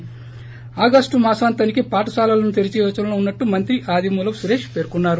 ి ఆగస్టు మాసాంతానికి పాఠశాలలను తెరిచే యోచనలో ఉన్సట్టు మంత్రి ఆదిమూలపు సురేష్ పేర్కొన్నారు